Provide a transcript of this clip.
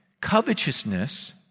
covetousness